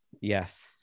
Yes